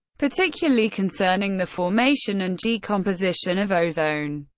particularly concerning the formation and decomposition of ozone.